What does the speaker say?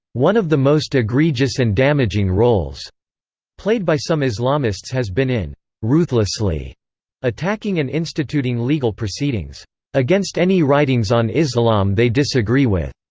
one of the most egregious and damaging roles played by some islamists has been in ruthlessly attacking and instituting legal proceedings against any writings on islam they disagree with.